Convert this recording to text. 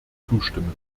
zustimmen